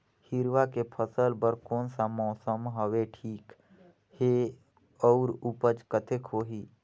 हिरवा के फसल बर कोन सा मौसम हवे ठीक हे अउर ऊपज कतेक होही?